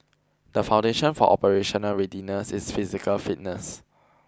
the foundation for operational readiness is physical fitness